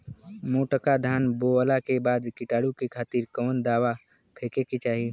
मोटका धान बोवला के बाद कीटाणु के खातिर कवन दावा फेके के चाही?